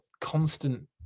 constant